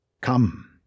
Come